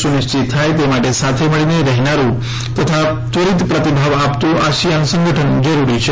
સુનિશ્ચિત થાય તે માટે સાથે મળીને રહેનારૃ તથા ત્વરીત પ્રતિભાવ આપતું આસિયાન સંગઠન જરૂરી છે